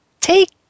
take